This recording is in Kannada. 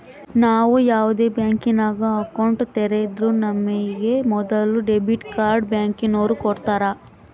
ನಾವು ಯಾವ್ದೇ ಬ್ಯಾಂಕಿನಾಗ ಅಕೌಂಟ್ ತೆರುದ್ರೂ ನಮಿಗೆ ಮೊದುಲು ಡೆಬಿಟ್ ಕಾರ್ಡ್ನ ಬ್ಯಾಂಕಿನೋರು ಕೊಡ್ತಾರ